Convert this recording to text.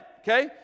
okay